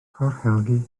corhelgi